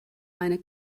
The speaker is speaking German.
einer